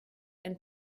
and